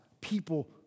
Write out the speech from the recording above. people